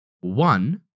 One